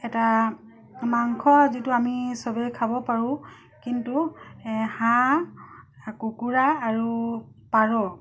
এটা মাংস যিটো আমি চবেই খাব পাৰোঁ কিন্তু হাঁহ কুকুৰা আৰু পাৰ